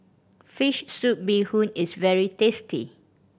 fish soup bee hoon is very tasty